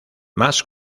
más